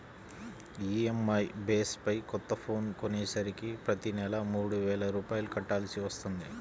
EMI base పై కొత్త phone కొనేసరికి ప్రతి నెలా మూడు వేల రూపాయలు కట్టాల్సి వత్తంది